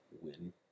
win